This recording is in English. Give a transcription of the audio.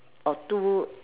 or too